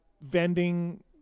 vending